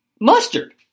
Mustard